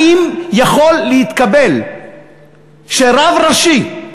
האם יכול להתקבל שרב ראשי,